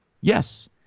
yes